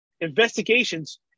investigations